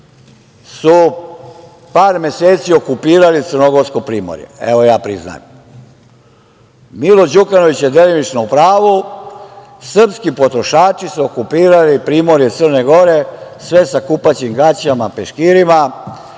su par meseci okupirali crnogorsko primorje, evo ja priznajem. Milo Đukanović je delimično u pravu - srpski potrošači su okupirali primorje Crne Gore, sve sa kupaćim gaćama, peškirima